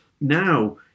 Now